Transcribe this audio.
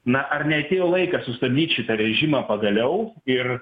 na ar neatėjo laikas sustabdyt šitą vežimą pagaliau ir